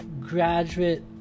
graduate